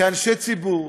כאנשי ציבור,